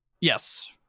Yes